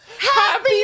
happy